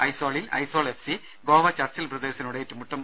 ഐസ്വാളിൽ Aizawl FC സി ്ഗോപ്പ Churchill ബ്രദേഴ്സിനോട് ഏറ്റുമുട്ടും